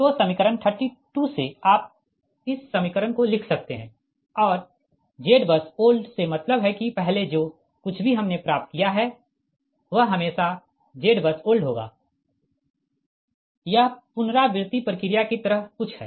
तो समीकरण 32 से आप इस समीकरण को लिख सकते है और ZBUSOLD से मतलब है कि पहले जो कुछ भी हमने प्राप्त किया है वह हमेशा ZBUSOLD होगा यह पुनरावृति प्रक्रिया की तरह कुछ है